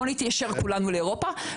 בואו נתיישר כולנו לאירופה.